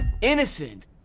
Innocent